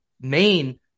Main